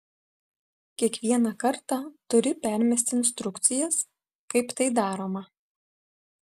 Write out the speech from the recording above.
kiekvieną kartą turi permesti instrukcijas kaip tai daroma